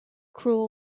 cruel